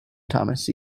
thomas